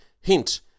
Hint